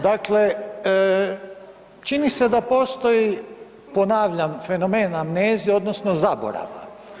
Dakle, čini se da postoji ponavljam fenomen amnezije, odnosno zaborava.